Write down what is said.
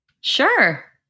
Sure